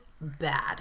bad